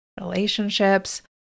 relationships